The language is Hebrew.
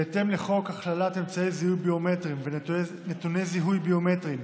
בהתאם לחוק הכללת אמצעי זיהוי ביומטריים ונתוני זיהוי ביומטריים